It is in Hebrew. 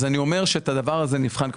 אנחנו נבחן את הדבר הזה.